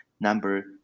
number